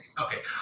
Okay